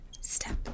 step